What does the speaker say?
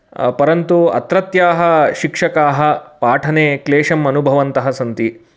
परन्तु अत्रत्याः शिक्षकाः पाठने क्लेशम् अनुभवन्तः सन्ति